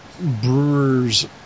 brewers